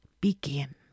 begin